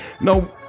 No